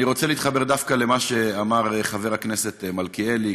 אני רוצה להתחבר דווקא למה שאמר חבר הכנסת מלכיאלי,